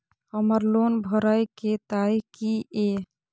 हमर लोन भरए के तारीख की ये?